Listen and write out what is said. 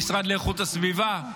המשרד לאיכות הסביבה,